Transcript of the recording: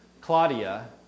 Claudia